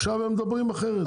עכשיו הם מדברים אחרת.